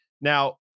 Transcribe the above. Now